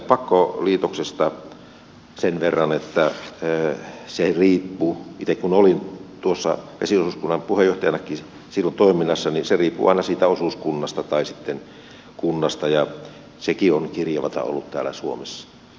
siitä pakkoliitoksesta sen verran että itse kun olin tuossa vesiosuuskunnan puheenjohtajanakin silloin toiminnassa se riippuu aina siitä osuuskunnasta tai sitten kunnasta ja sekin on kirjavaa ollut täällä suomessa